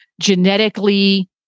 genetically